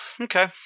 okay